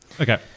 Okay